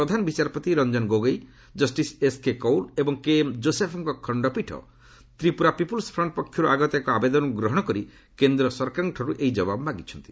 ପ୍ରଧାନ ବିଚାରପତି Ranjan Gogoi justice SK Kaul ଏବଂ KM ଯୋଶେଫ୍ଙ୍କ ଖଶ୍ଚପୀଠ ତ୍ରିପୁରା ପିପୁଲ୍ସ୍ ଫ୍ରଣ୍ଟ୍ ପକ୍ଷରୁ ଆଗତ ଏକ ଆବେଦନକୁ ଗ୍ରହଣ କରି କେନ୍ଦ୍ର ସରକାରଙ୍କଠାରୁ ଜବାବ ମାଗିଛନ୍ତି